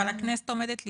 אבל הכנסת עומדת להתפזר.